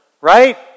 right